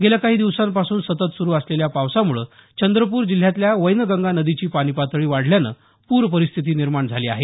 गेल्या काही दिवसांपासून सतत सुरू असलेल्या पावसामुळे चंद्रपूर जिल्ह्यातल्या वैनगंगा नदीची पाणी पातळी वाढल्यामुळे पूर परिस्थिती निर्माण झाली आहे